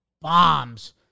bombs